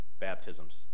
Baptisms